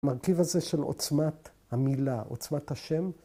‫המרכיב הזה של עוצמת המילה, ‫עוצמת השם...